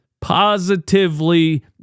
positively